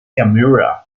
camera